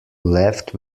left